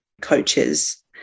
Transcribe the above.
coaches